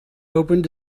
opened